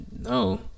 no